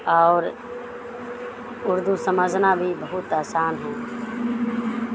اور اردو سمجھنا بھی بہت آسان ہے